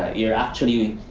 you're actually.